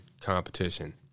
competition